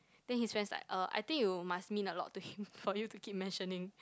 then his friends like uh I think you must mean a lot to him for you to keep mentioning